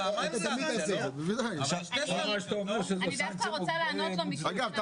אני רוצה לענות -- אגב,